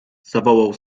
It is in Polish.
zawołał